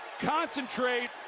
concentrate